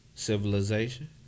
Civilization